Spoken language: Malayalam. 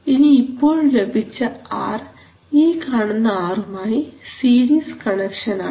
ഇനി ഇപ്പോൾ ലഭിച്ച ആർ ഈ കാണുന്ന ആർ മായി സീരിസ് കണക്ഷനാണ്